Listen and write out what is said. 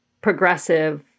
progressive